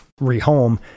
rehome